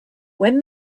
when